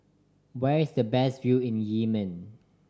where is the best view in Yemen